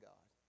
God